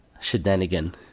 shenanigan